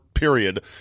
period